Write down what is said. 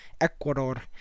Ecuador